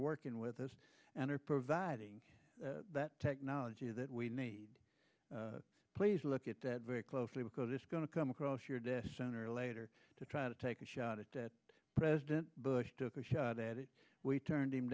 working with us and are providing that technology that we need please look at that very closely because it's going to come across your desk sooner or later to try to take a shot at president bush took a shot at it we turned him